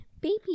baby